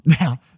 Now